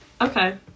Okay